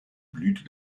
blüte